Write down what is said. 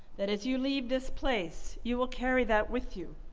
that as you leave this place, you will carry that with you,